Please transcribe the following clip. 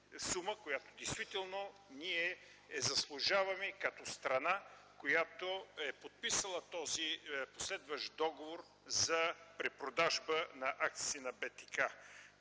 която ние заслужаваме като страна, подписала този последващ договор за препродажба на акциите на БТК.